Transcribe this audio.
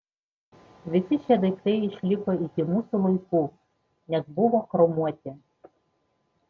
visi šie daiktai išliko iki mūsų laikų nes buvo chromuoti